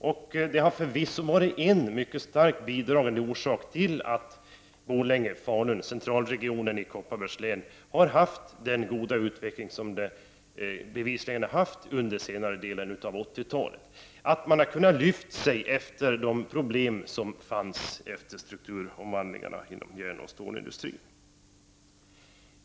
Flyget har förvisso varit en mycket starkt bidragande orsak till att Borlänge— Falun, centralregionen i Kopparbergs län, bevisligen har haft en god utveckling under den senare delen av 80-talet. Regionen har tagit sig ur de problem som strukturomvandlingen inom järnoch stålindustrin innebar.